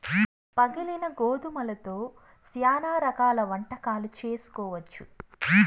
పగిలిన గోధుమలతో శ్యానా రకాల వంటకాలు చేసుకోవచ్చు